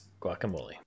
guacamole